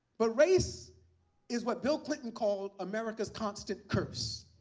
but race is what bill clinton called america's constant curse.